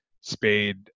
Spade